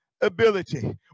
ability